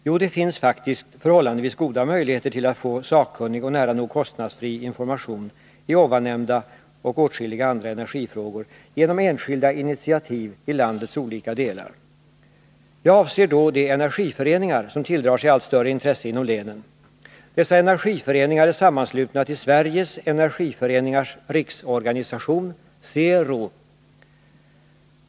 Jo, det finns faktiskt förhållandevis goda möjligheter att få sakkunnig och nära nog kostnadsfri information i här nämnda och åtskilliga andra energifrågor genom enskilda initiativ i landets olika delar. Jag avser då de energiföreningar som tilldrar sig allt större intresse inom länen. Dessa energiföreningar är sammanslutna till Sveriges energiföreningars riksorganisation — SERO.